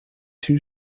two